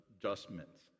adjustments